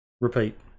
repeat